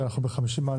50א